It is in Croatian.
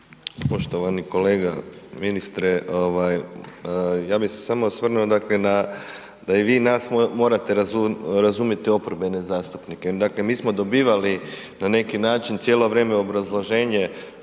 Poštovani kolega ministre ovaj ja bih se samo osvrnuo dakle na da i vi nas morate razumjeti oporbene zastupnike, dakle mi smo dobivali na neki način cijelo vrijeme obrazloženje